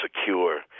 secure